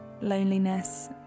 loneliness